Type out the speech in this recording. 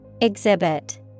Exhibit